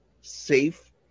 safe